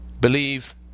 believe